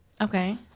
Okay